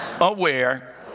aware